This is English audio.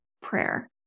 prayer